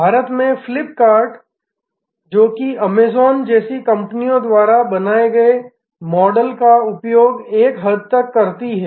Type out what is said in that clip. भारत में Flipkart जो कि अमेज़ॅन जैसी कंपनियों द्वारा बनाए गए मॉडल का उपयोग एक हद तक करती है